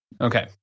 Okay